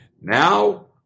Now